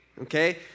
Okay